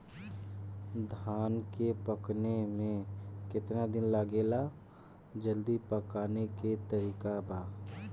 धान के पकने में केतना दिन लागेला जल्दी पकाने के तरीका बा?